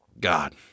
God